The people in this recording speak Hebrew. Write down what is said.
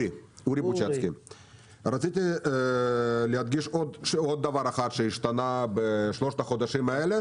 רציתי להדגיש עוד דבר שהשתנה בשלושת החודשים האלה.